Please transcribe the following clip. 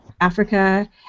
Africa